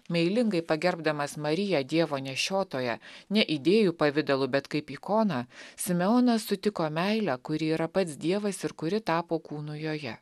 meilingai pagerbdamas mariją dievo nešiotoją ne idėjų pavidalu bet kaip ikoną simeonas sutiko meilę kuri yra pats dievas ir kuri tapo kūnu joje